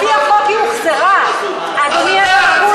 לפי החוק היא הוחזרה, אדוני אקוניס.